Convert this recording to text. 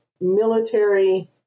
military